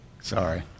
Sorry